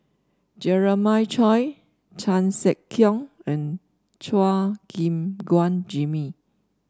Jeremiah Choy Chan Sek Keong and Chua Gim Guan Jimmy